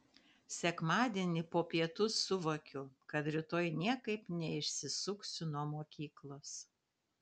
sekmadienį po pietų suvokiu kad rytoj niekaip neišsisuksiu nuo mokyklos